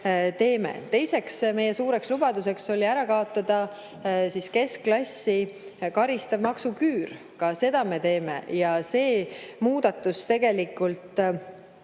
Teiseks meie suureks lubaduseks oli ära kaotada keskklassi karistav maksuküür. Ka seda me teeme ja see muudatus tegelikult